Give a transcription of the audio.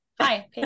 hi